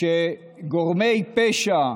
שגורמי פשע,